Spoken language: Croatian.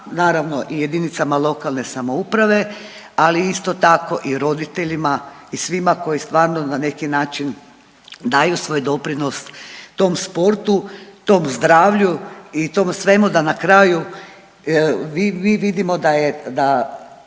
naravno i JLS, ali isto tako i roditeljima i svima koji stvarno na neki način daju svoj doprinos tom sportu, tom zdravlju i tom svemu da na kraju vi, vi vidimo da je,